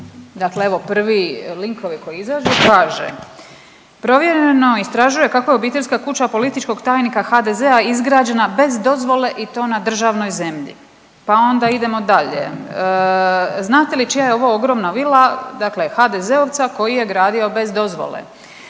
dakle evo, prvi linkovi koji izađu kaže, Provjereno istražuje kako je obiteljska kuća političkog tajnika HDZ-a izgrađena bez dozvole i to na državnoj zemlji, pa onda idemo dalje, znate li čija je ovo ogromna vila? Dakle, HDZ-ovca koji je gradio bez dozvole.